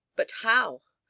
but how?